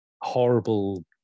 horrible